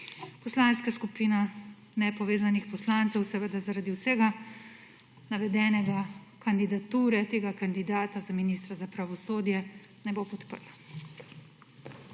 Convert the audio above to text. Poslanska skupina Nepovezanih poslancev seveda zaradi vsega navedenega kandidature tega kandidata za ministra za pravosodje ne bo podprla.